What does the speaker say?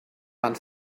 man